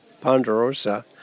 Ponderosa